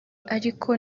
ariko